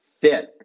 fit